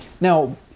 now